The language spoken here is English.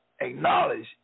acknowledge